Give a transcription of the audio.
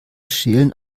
schälen